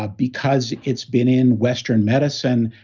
ah because it's been in western medicine.